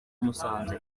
musanze